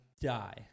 die